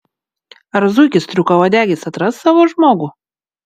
ar zuikis striukauodegis atras savo žmogų